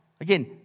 Again